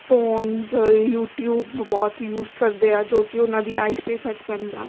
phones YouTube ਬਹੁਤ use ਕਰਦੇ ਆ ਜੋ ਕਿ ਉਹਨਾਂ ਦੀ ਆਈਸ 'ਤੇ ਇਫੈਕਟ ਪੈਂਦਾ